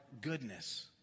goodness